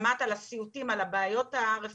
את שמעת בעצמך על הסיוטים ועל הבעיות הרפואיות,